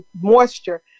moisture